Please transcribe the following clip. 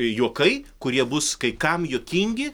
juokai kurie bus kai kam juokingi